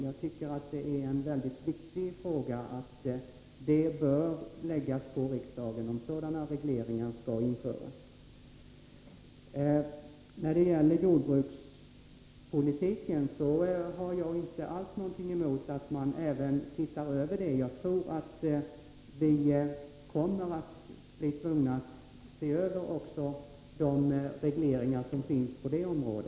Jag tycker att det är en väldigt viktig fråga. Riksdagen bör få avgöra om sådana regleringar skall införas. Jag har inte alls någonting emot att även jordbrukspolitiken blir föremål för en granskning. Jag tror att vi kommer att bli tvungna att se över regleringarna även på jordbrukets område.